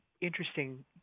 interesting